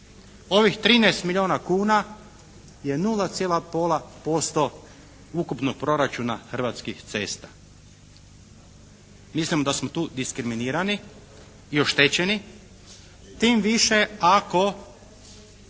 je nula cijela pola posto ukupnog proračuna Hrvatskih cesta. Mislim da smo tu diskriminirani i oštećeni. Tim više ako